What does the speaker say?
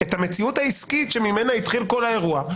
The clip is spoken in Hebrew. את המציאות העסקית שממנה התחיל כל האירוע,